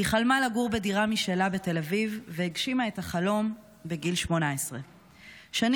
היא חלמה לגור בדירה משלה בתל אביב והגשימה את החלום בגיל 18. שני